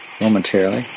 momentarily